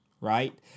right